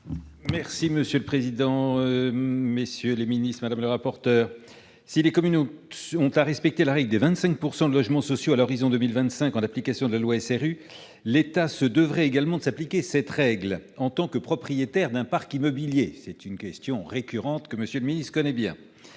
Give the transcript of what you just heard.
Schmitz, pour présenter l'amendement n° 246. Si les communes ont à respecter la règle des 25 % de logements sociaux à l'horizon 2025 en application de la loi SRU, l'État devrait également s'appliquer cette règle en tant que propriétaire d'un parc immobilier. C'est une question récurrente que M. le ministre connaît bien.